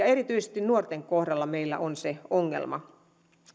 erityisesti nuorten kohdalla meillä on se ongelma